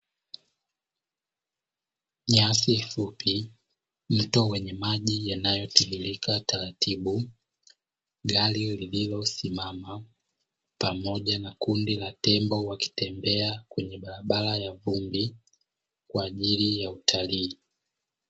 Nyasi fupi zikiwa kwenye maji yanayotirirka taratibu, gari lililosimama pamoja na kundi la tembo wakitembea kwenye barabara ya vumbi kwa ajili ya utalii.